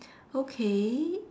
okay